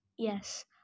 Yes